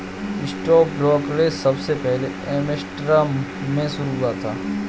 stock brokerage सबसे पहले Amsterdam में शुरू हुआ था